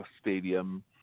Stadium